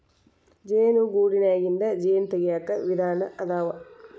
ಜೇನು ಗೂಡನ್ಯಾಗಿಂದ ಜೇನ ತಗಿಯಾಕ ವಿಧಾನಾ ಅದಾವ